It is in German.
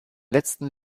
letzten